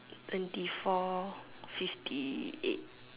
twenty four fifty eight